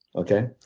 okay?